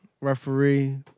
Referee